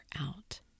out